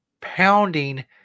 pounding